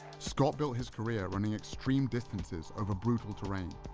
scott built his career running extreme distances over brutal terrain,